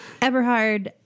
Eberhard